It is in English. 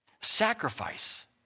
Sacrifice